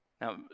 Now